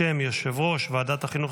בשם יושב-ראש ועדת החינוך,